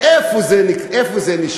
איפה זה נשמע?